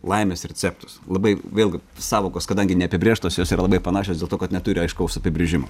laimės receptus labai vėl sąvokos kadangi neapibrėžtos jos yra labai panašios dėl to kad neturi aiškaus apibrėžimo